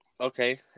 Okay